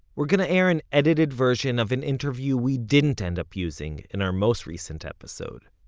we're going to air an edited version of an interview we didn't end up using in our most recent episode,